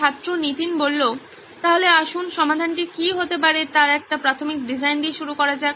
ছাত্র নীতিন তাহলে আসুন সমাধানটি কী হতে পারে তার একটি প্রাথমিক ডিজাইন দিয়ে শুরু করা যাক